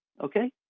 okay